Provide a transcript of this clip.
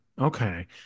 Okay